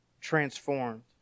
transformed